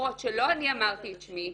למרות שלא אני אמרתי את שמי,